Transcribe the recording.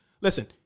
Listen